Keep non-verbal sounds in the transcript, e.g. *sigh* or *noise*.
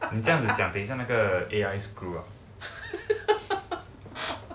*laughs*